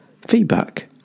feedback